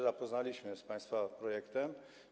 Zapoznaliśmy się z państwa projektem.